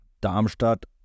Darmstadt